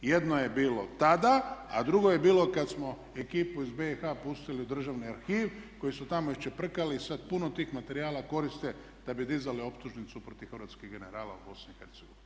Jedno je bilo tada, a drugo je bilo kad smo ekipu iz BiH pustili u Državni arhiv koji su tamo iščeprkali i sad puno tih materijala koriste da bi dizali optužnicu protiv hrvatskih generala u BiH.